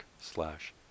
slash